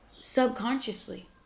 subconsciously